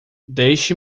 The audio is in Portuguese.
deixe